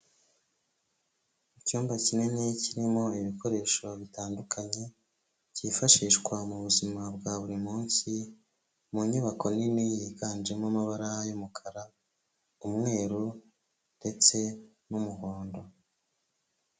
Icyumba kinini kirimo ibikoresho bitandukanye, byifashishwa mu buzima bwa buri munsi, mu nyubako nini yiganjemo amabara y'umukara, umweru ndetse n'umuhondo.